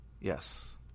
Yes